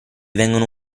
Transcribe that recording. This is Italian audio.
vengono